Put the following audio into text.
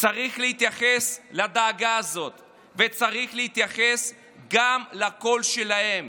צריך להתייחס לדאגה הזאת וצריך להתייחס גם לקול שלהם.